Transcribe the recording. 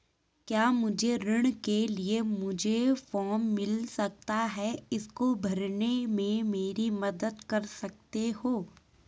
क्या मुझे ऋण के लिए मुझे फार्म मिल सकता है इसको भरने में मेरी मदद कर सकते हो?